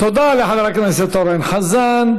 תודה לחבר הכנסת אורן חזן.